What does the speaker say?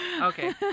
Okay